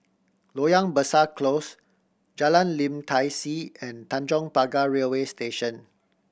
Loyang Besar Close Jalan Lim Tai See and Tanjong Pagar Railway Station